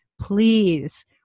please